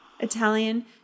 Italian